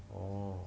oh